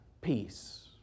peace